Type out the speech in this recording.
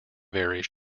varies